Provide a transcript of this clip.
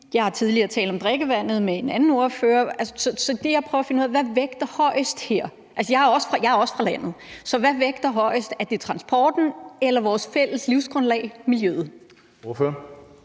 Jeg har tidligere talt om drikkevandet med en anden ordfører. Så det, jeg prøver at finde ud af, er, hvad der vægter højest her. Altså, jeg er også fra landet. Så hvad vægter højest – er det transporten, eller er det vores fælles livsgrundlag, nemlig miljøet?